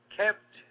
kept